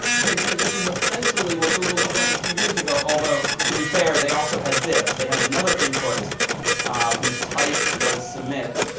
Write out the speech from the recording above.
and indeed, this is essentially what google looked like a few years ago. although, to be fair, they also had this. they had another input whose type was submit,